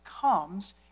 comes